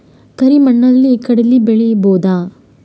ಕರಿ ಮಣ್ಣಲಿ ಕಡಲಿ ಬೆಳಿ ಬೋದ?